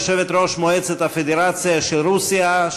יושבת-ראש מועצת הפדרציה של רוסיה,